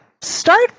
start